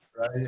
Right